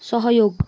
सहयोग